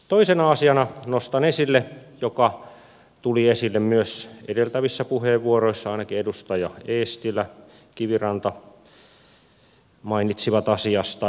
toisena asiana nostan esille asian joka tuli esille myös edeltävissä puheenvuoroissa ainakin edustajat eestilä ja kiviranta mainitsivat siitä